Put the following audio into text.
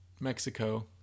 mexico